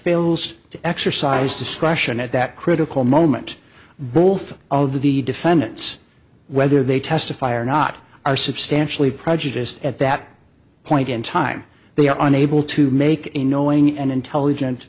fails to exercise discretion at that critical moment both of the defendants whether they testify or not are substantially prejudiced at that point in time they are unable to make a knowing and intelligent